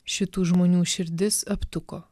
šitų žmonių širdis aptuko